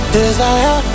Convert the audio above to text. desire